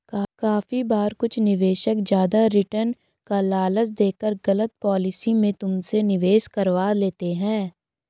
काफी बार कुछ निवेशक ज्यादा रिटर्न का लालच देकर गलत पॉलिसी में तुमसे निवेश करवा लेते हैं